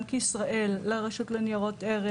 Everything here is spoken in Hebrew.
מבנק ישראל לרשות לניירות ערך,